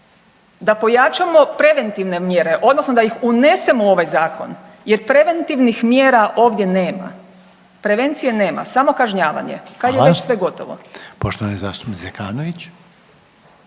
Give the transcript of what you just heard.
da pojačamo preventivne mjere odnosno da ih unesemo u ovaj zakon jer preventivnih mjera ovdje nema, prevencije nema, samo kažnjavanje …/Upadica: Hvala./… kad je već sve gotovo. **Reiner, Željko (HDZ)** Poštovani zastupnik Zekanović.